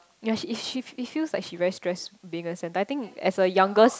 yea if she it feel like she very stress bigger center I think as a youngest